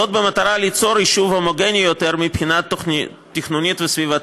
במטרה ליצור יישוב הומוגני יותר מבחינה תכנונית וסביבתית.